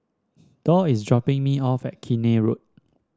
Dorr is dropping me off at Keene Road